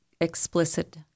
explicit